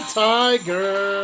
tiger